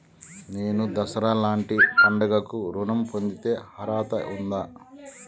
నేను దసరా లాంటి పండుగ కు ఋణం పొందే అర్హత ఉందా?